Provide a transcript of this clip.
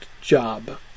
job